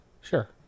Sure